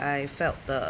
I felt the